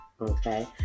okay